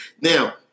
Now